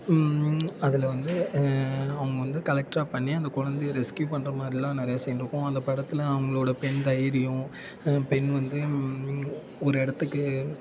அதில் வந்து அவங்க வந்து கலெக்ட்ராக பண்ணி அந்த குலந்தைய ரெஸ்கியூ பண்ணுறமாரிலாம் நிறைய சீனிருக்கும் அந்த படத்தில் அவங்களோட பெண் தைரியம் பெண் வந்து ஒரு இடத்துக்கு